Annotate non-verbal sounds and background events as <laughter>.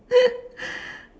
<laughs>